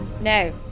no